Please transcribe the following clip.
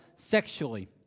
sexually